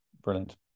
brilliant